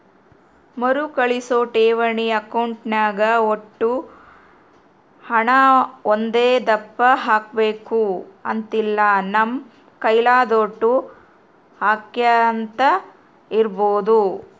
ಮರುಕಳಿಸೋ ಠೇವಣಿ ಅಕೌಂಟ್ನಾಗ ಒಷ್ಟು ಹಣ ಒಂದೇದಪ್ಪ ಹಾಕ್ಬಕು ಅಂತಿಲ್ಲ, ನಮ್ ಕೈಲಾದೋಟು ಹಾಕ್ಯಂತ ಇರ್ಬೋದು